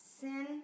sin